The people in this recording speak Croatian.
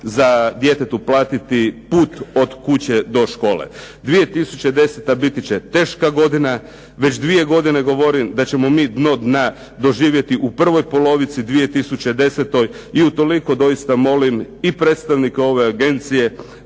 za djetetu platiti put od kuće do škole. 2010. biti će teška godina, već dvije godine govorim da ćemo dno dna doživjeti u prvoj polovici 2010. i utoliko doista molim i predstavnike ove Agencije,